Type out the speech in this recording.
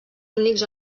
únics